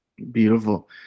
Beautiful